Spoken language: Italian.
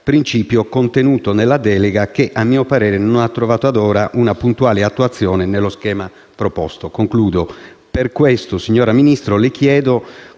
principio contenuto nella delega, che a mio parere non ha trovato, ad ora, un puntuale attuazione nello schema proposto. Concludendo, per questo, signor Ministro, le chiedo